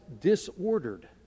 disordered